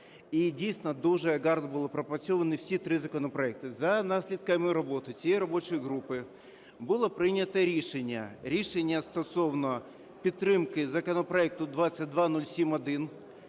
дійсно, дуже гарно були пропрацьовані всі три законопроекти. За наслідками роботи цієї робочої групи було прийнято рішення – рішення стосовно підтримки законопроекту 2207-1